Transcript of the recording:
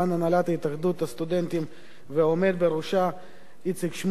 הנהלת התאחדות הסטודנטים והעומד בראשה איציק שמולי.